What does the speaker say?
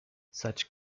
such